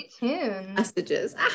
messages